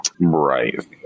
Right